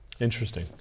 Interesting